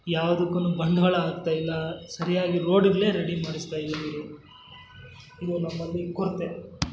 ಯಾವ್ದಕ್ಕೂ ಬಂಡವಾಳ ಹಾಕ್ತಾ ಇಲ್ಲ ಸರಿಯಾಗಿ ರೋಡ್ಗ್ಳೇ ರೆಡಿ ಮಾಡಿಸ್ತಾ ಇಲ್ಲ ಇಲ್ಲಿ ಇವು ನಮ್ಮಲ್ಲಿ ಕೊರತೆ